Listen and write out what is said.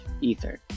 Ether